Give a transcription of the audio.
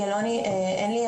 הנושא